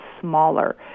smaller